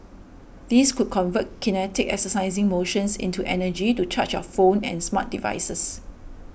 these could convert kinetic exercising motions into energy to charge your phones and smart devices